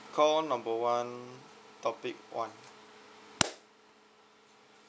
call number one topic one